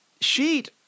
sheet